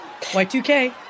Y2K